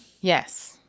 Yes